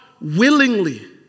willingly